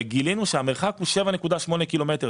וגילינו שהמרחק הוא 7.8 קילומטר.